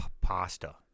pasta